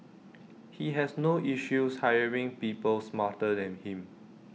he has no issues hiring people smarter than him